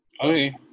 okay